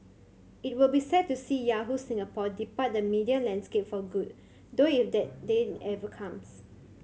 it will be sad to see Yahoo Singapore depart the media landscape for good though if that day ever comes